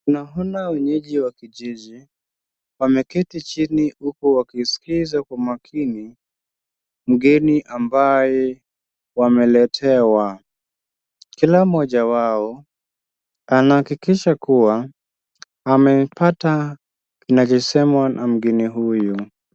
Tunaona wenyeji wa kijiji, wameketi chini huku wakisikiza kwa makini mgeni ambaye wameletewa. Kila mmoja wao anahakikisha kuwa amepata kinachosemwa na mgeni huyu.